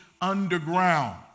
underground